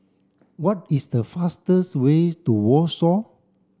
what is the fastest way to Warsaw